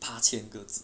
八千个字